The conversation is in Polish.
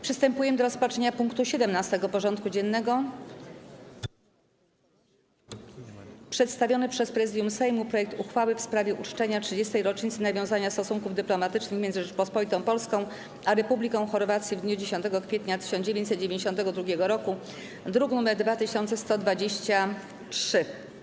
Przystępujemy do rozpatrzenia punktu 17. porządku dziennego: Przedstawiony przez Prezydium Sejmu projekt uchwały w sprawie uczczenia 30. rocznicy nawiązania stosunków dyplomatycznych między Rzecząpospolitą Polską a Republiką Chorwacji w dniu 10 kwietnia 1992 r. (druk nr 2123)